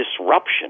disruption